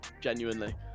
Genuinely